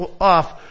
off